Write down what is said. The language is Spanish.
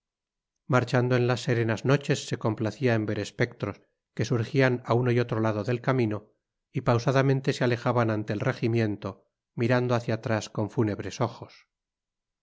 marchando en las serenas noches se complacía en ver espectros que surgían a uno y otro lado del camino y pausadamente se alejaban ante el regimiento mirando hacia atrás con fúnebres ojos